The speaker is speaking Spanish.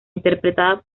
interpretada